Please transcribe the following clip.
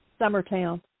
Summertown